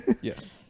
Yes